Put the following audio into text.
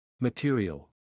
Material